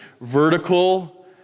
vertical